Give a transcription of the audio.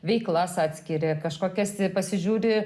veiklas atskiri kažkokias tai pasižiūri